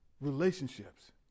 relationships